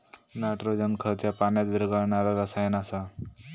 nitrogen खत ह्या पाण्यात विरघळणारा रसायन आसा